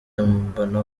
mbona